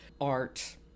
art